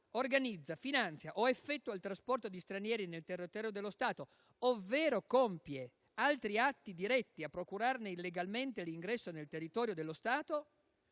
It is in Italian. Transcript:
organizza, finanzia o effettua il trasporto di stranieri nel terrario dello Stato; ovvero compie altri atti diretti a procurarne illegalmente l'ingresso nel territorio dello Stato,